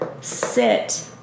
sit